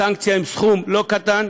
סנקציה בסכום לא קטן.